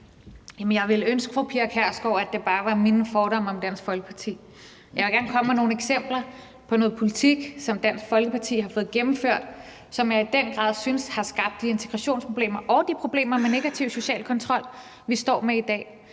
Pia Kjærsgaard, at det bare var mine fordomme om Dansk Folkeparti. Jeg vil gerne komme med nogle eksempler på noget politik, som Dansk Folkeparti har fået gennemført, som jeg i den grad synes har skabt de integrationsproblemer og de problemer med negativ social kontrol, vi står med i dag.